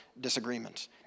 disagreements